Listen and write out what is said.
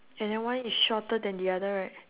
and then one is shorter than the other right